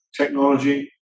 technology